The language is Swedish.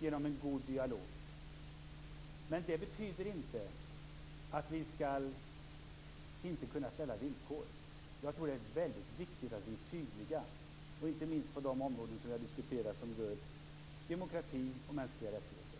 genom en god dialog. Men det betyder inte att vi inte skall utforma villkor. Jag tror att det är mycket viktigt att vi är tydliga, inte minst på de områden som vi har diskuterat som rör demokrati och mänskliga rättigheter.